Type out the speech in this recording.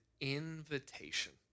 invitation